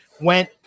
went